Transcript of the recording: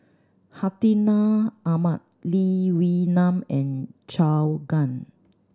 Hartinah Ahmad Lee Wee Nam and Zhou Can